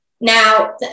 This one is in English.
now